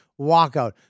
walkout